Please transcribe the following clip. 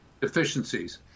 deficiencies